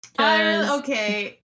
Okay